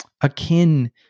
akin